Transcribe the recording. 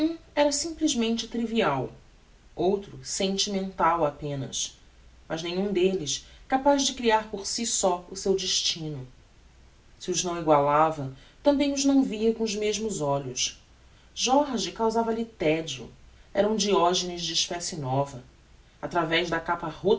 era simplesmente trivial outro sentimental apenas mas nenhum delles capaz de crear por si só o seu destino se os não egualava tambem os não via com os mesmos olhos jorge causava-lhe tedio era um diogenes de especie nova atravez da capa